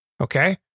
Okay